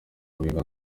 guhinga